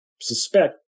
suspect